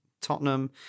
Tottenham